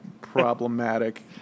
problematic